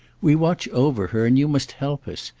we watch over her, and you must help us.